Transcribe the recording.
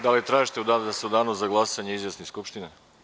Da li tražite da se u danu za glasanje izjasni Skupština?